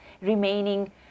remaining